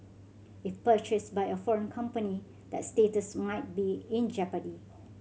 if purchased by a foreign company that status might be in jeopardy